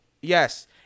yes